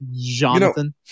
Jonathan